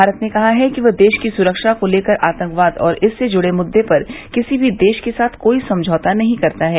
भारत ने कहा है कि वह देश की सुरक्षा को लेकर आतंकवाद और इससे जुड़े मुद्दों पर किसी भी देश के साथ कोई समझौता नहीं करता है